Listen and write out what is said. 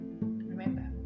Remember